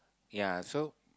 ya so